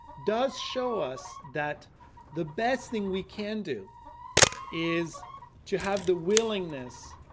does show us that the best thing we can do is to have the willingness,